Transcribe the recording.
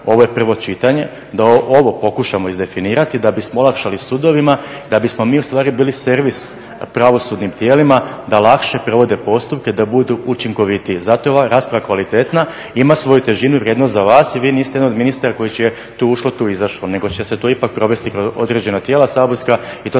Ovo je prvo čitanje da ovo pokušamo izdefinirati da bismo olakšali sudovima, da bismo mi u stvari bili servis pravosudnim tijelima da lakše provode postupke, da budu učinkovitiji. Zato je ova rasprava kvalitetna, ima svoju težinu i vrijednost za vas. I vi niste jedan od ministara koji će tu ušlo, ti izašlo nego će se to ipak provesti kroz određena tijela saborska. I to